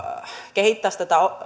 kehittäisivät tätä